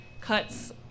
cuts